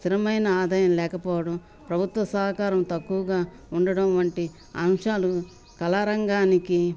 స్థిరమైన ఆదాయం లేకపోవడం ప్రభుత్వ సహకారం తక్కువగా ఉండడం వంటి అంశాలు కళారంగానికి